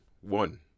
One